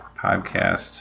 podcast